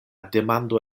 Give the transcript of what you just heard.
demando